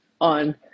on